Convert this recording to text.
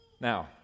Now